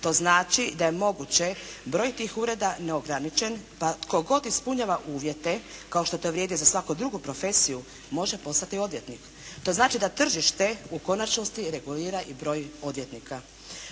To znači da je moguće broj tih ureda neograničen pa tko god ispunjava uvjete kao što to vrijedi za svaku drugu profesiju, može postati odvjetnik. To znači da tržište u konačnosti regulira i broj odvjetnika.